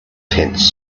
tents